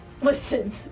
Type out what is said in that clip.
listen